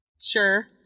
Sure